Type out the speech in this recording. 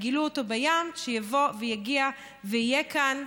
גילו אותו בים, שיבוא ויגיע ויהיה כאן,